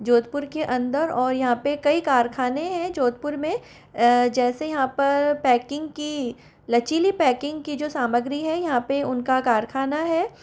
जोधपुर के अंदर और यहाँ पर कई कारख़ाने हैं जोधपुर में जैसे यहाँ पर पैकिंग की लचीली पैकिंग की जो सामग्री है यहाँ पर उनका कारख़ाना है